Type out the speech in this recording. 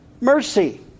mercy